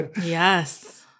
Yes